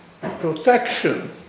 protection